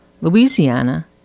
Louisiana